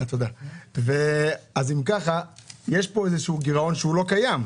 אם כך, יש פה גירעון שלא קיים.